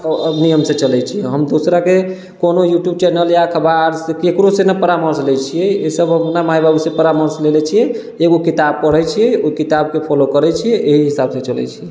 आओर नियम से चलैत छी हम दूसराके कोनो यूट्यूब चैनल या अखबार केकरोसँ नहि परामर्श लए छियै सब अपना माइ बाबू से परामर्श ले लए छियै एगो किताब पढ़ैत छी ओहि किताबके फॉलो करैत छियै एहि हिसाब से चलैत छी